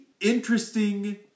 interesting